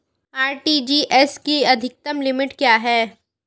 RTGS की अधिकतम limit क्या है?